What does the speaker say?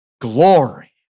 glory